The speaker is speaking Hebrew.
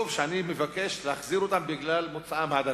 שאני מבקש להחזיר אותם בגלל מוצאם העדתי,